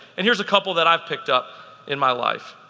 and here's a couple that i picked up in my life.